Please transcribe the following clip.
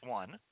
one